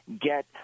get